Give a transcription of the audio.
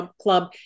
Club